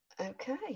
Okay